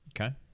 Okay